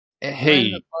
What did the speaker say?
Hey